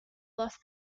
lost